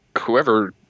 whoever